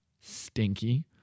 stinky